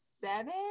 seven